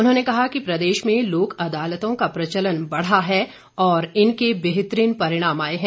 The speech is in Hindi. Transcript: उन्होंने कहा कि प्रदेश में लोक अदालतों का प्रचलन बढ़ा है और इनके बेहतरीन परिणाम आए हैं